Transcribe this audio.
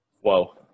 whoa